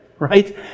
right